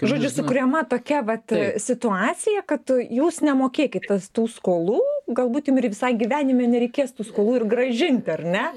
žodžiu su kuriama tokia vat situacija kad jūs nemokėkit tas tų skolų galbūt jum ir visai gyvenime nereikės tų skolų ir grąžinti ar ne